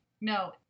no